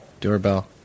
doorbell